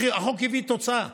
החוק הביא תוצאה.